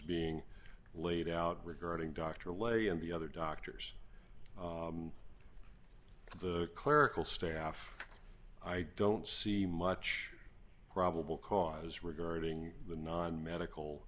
being laid out regarding dr away and the other doctors the clerical staff i don't see much probable cause regarding the non medical